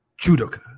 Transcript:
Judoka